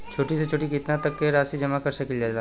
छोटी से छोटी कितना तक के राशि जमा कर सकीलाजा?